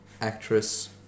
actress